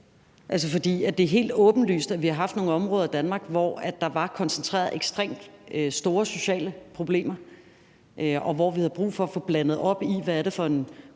ikke. For det er helt åbenlyst, at vi har haft nogle områder i Danmark, hvor der var koncentreret ekstremt store sociale problemer, og hvor vi havde brug for at få blandet op i den gruppe borgere,